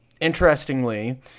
interestingly